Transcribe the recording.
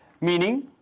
Meaning